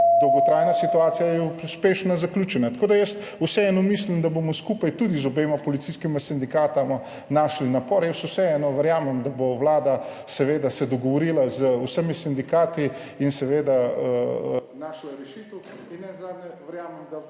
Dolgotrajna situacija je uspešno zaključena, tako da jaz vseeno mislim, da se bomo tudi skupaj z obema policijskima sindikatoma potrudili. Jaz vseeno verjamem, da se bo vlada dogovorila z vsemi sindikati in seveda našla rešitev. Nenazadnje, verjamem, da